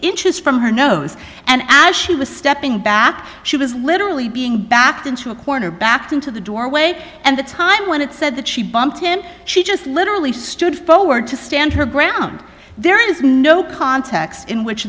inches from her nose and as she was stepping back she was literally being backed into a corner backed into the doorway and the time when it said that she bumped him she just literally stood forward to stand her ground there is no context in which